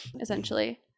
essentially